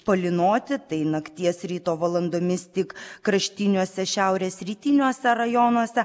palynoti tai nakties ryto valandomis tik kraštiniuose šiaurės rytiniuose rajonuose